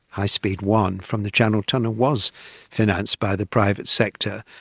high speed one from the channel tunnel was financed by the private sector,